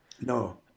no